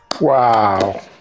wow